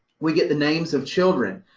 we get the names of children.